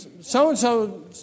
so-and-so